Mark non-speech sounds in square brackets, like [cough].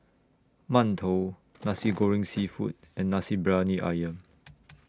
mantou Nasi [noise] Goreng Seafood and Nasi Briyani Ayam